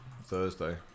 Thursday